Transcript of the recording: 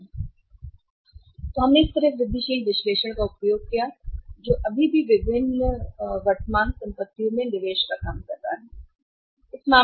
तो इस तरह हमने वृद्धिशील विश्लेषण का उपयोग किया जो अभी भी विभिन्न में निवेश का काम कर रहा है वर्तमान संपत्ति